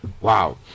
Wow